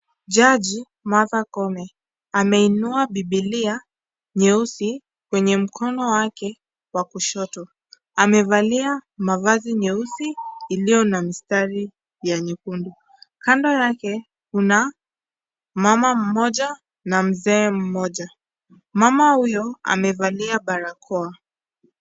Jaji, Martha Koome ameinua bibilia nyeusi kwenye mkono wake wa kushoto. Amevalia mavazi nyeusi iliyo na mistari ya nyekundu. Kando yake kuna mama mmoja na mzee mmoja. Mama huyo amevalia barakoa.